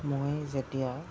মই যেতিয়া